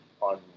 on